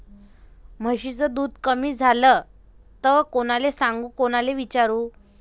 म्हशीचं दूध कमी झालं त कोनाले सांगू कोनाले विचारू?